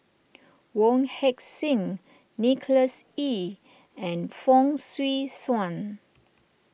Wong Heck Sing Nicholas Ee and Fong Swee Suan